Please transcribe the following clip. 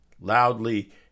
loudly